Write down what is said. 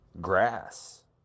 grass